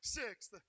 sixth